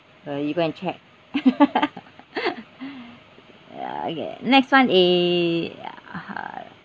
uh you go and check ya okay next one is uh